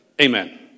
Amen